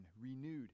renewed